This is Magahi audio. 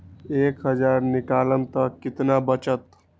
एक हज़ार निकालम त कितना वचत?